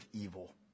evil